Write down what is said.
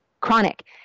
chronic